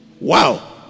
Wow